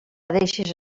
deixis